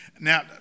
Now